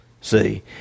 See